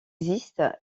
existe